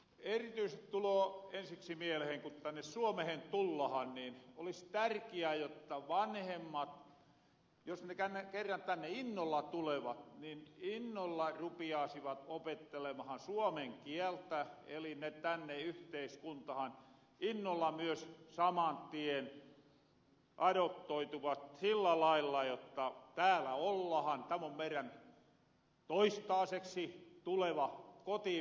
erityisesti tuloo ensiksi mielehen että ku tänne suomehen tullahan niin olis tärkiää jotta vanhemmat jos ne kerran tänne innolla tulevat innolla rupiaasivat opettelemahan suomen kieltä eli ne tänne yhteiskuntahan innolla myös saman tien adoptoituvat sillä lailla jotta täällä ollahan tämä on meirän toistaaseksi tuleva kotimaa